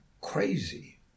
crazy